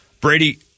Brady